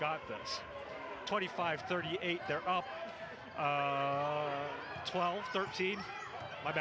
got twenty five thirty eight they're up twelve thirteen